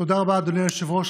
תודה רבה, אדוני היושב-ראש.